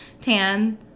tan